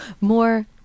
more